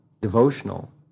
devotional